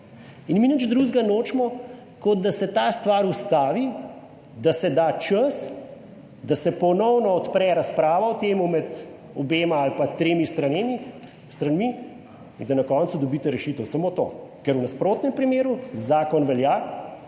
In mi nič drugega nočemo, kot da se ta stvar ustavi, da se da čas, da se ponovno odpre razprava o tem med obema ali pa tremi stranmi in da na koncu dobite rešitev samo to. Ker v nasprotnem primeru zakon velja.